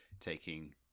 Taking